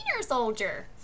Soldier